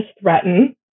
threaten